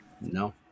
No